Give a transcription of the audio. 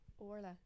Orla